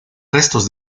restos